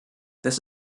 this